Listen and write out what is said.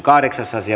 asia